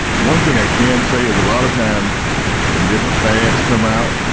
one thing i can say is, a lot of times when different fads come out,